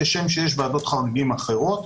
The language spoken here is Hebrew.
כשם שיש ועדות חריגים אחרות.